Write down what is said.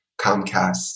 Comcast